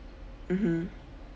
mmhmm